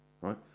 right